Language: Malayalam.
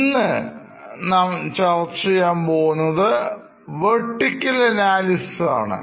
ഇവിടെ ചെയ്യാൻ പോകുന്നത് vertical analysis ആണ്